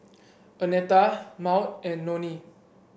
Annetta Maud and Nonie